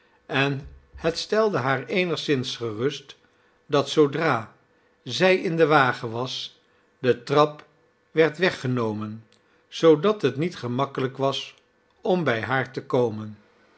en het stelde haar eenigszins gerust dat zoodra zij in den wagen was de trap werd weggenomen zoodat het niet gemakkelijk was om bij haar te komen